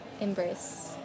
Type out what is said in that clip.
embrace